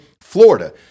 Florida